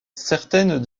certaines